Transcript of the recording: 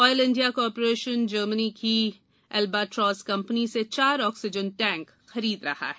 oil India corporation Germany की Albatross company से चार ऑक्सीजन टैंक ख़रीद रहा है